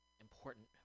important